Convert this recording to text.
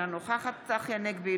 אינה נוכחת צחי הנגבי,